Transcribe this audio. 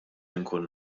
inkun